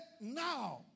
now